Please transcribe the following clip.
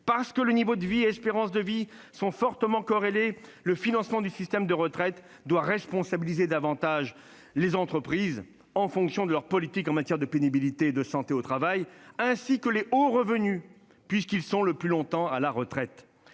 Parce que niveau de vie et espérance de vie sont fortement corrélés, le financement du système de retraite doit responsabiliser davantage les entreprises en fonction de leur politique en matière de pénibilité et de santé au travail, ainsi que les salariés percevant de hauts revenus puisqu'ils sont le plus longtemps à la retraite.